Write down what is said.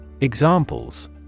Examples